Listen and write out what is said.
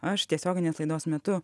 aš tiesioginės laidos metu